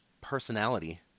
personality